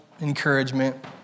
encouragement